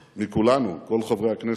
מכולנו, מכל חברי הכנסת,